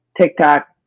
TikTok